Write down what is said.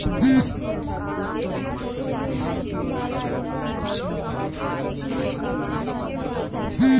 যে মমাছি কাজ ক্যইরে মধু বালাই উয়ারা আঠাশ দিলের বেশি বাঁচে লায়